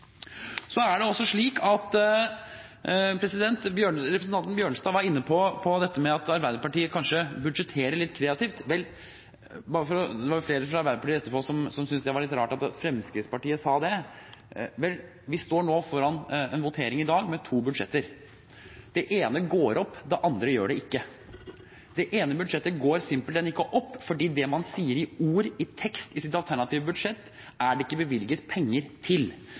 Representanten Bjørnstad var inne på dette med at Arbeiderpartiet kanskje budsjetterer litt kreativt. Det var flere fra Arbeiderpartiet etterpå som syntes det var litt rart at Fremskrittspartiet sa det. Vel, vi står foran en votering i dag med to budsjetter. Det ene går opp, det andre gjør det ikke. Det ene budsjettet går simpelthen ikke opp fordi det man sier i ord, i tekst, i sitt alternative budsjett, er det ikke bevilget penger til.